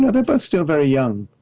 and they're both still very young.